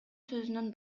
сөзүнөн